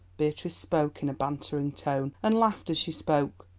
beatrice spoke in a bantering tone, and laughed as she spoke,